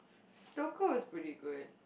stocker is pretty good